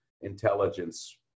intelligence